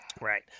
Right